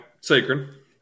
Sacred